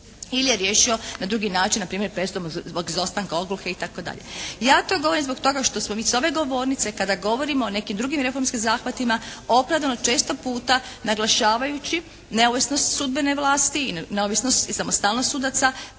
ili je riješio na drugi način na primjer presudom zbog izostanka odluke itd. Ja to govorim zbog toga što smo mi sa ove govornice kada govorimo o nekim drugim reformskim zahvatima opravdano često puta naglašavajući neovisnost sudbene vlasti i neovisnost i samostalnost sudaca